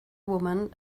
woman